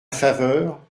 faveur